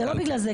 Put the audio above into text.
זה לא בגלל זה.